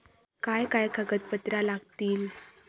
काय काय कागदपत्रा लागतील?